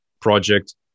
project